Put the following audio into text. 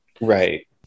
right